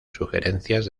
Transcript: sugerencias